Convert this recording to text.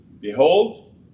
Behold